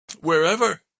wherever